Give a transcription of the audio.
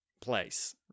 place